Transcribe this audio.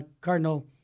Cardinal